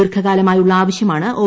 ദീർഘ കാലമായുള്ള ആവശ്യമാണ് ഒ